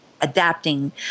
adapting